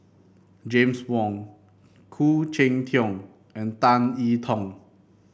James Wong Khoo Cheng Tiong and Tan I Tong